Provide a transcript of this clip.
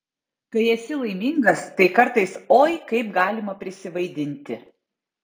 kai esi laimingas tai kartais oi kaip galima prisivaidinti